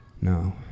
No